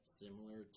similar